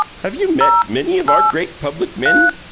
have you met many of our great public men?